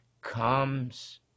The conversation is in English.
comes